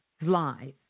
live